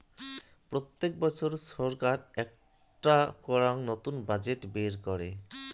প্রত্যেক বছর ছরকার একটো করাং নতুন বাজেট বের করাং